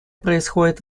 происходят